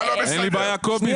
איתי, זה לא בסדר.